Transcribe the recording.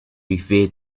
refer